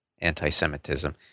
anti-Semitism